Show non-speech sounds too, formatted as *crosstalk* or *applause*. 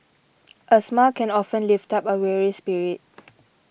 *noise* a smile can often lift up a weary spirit *noise*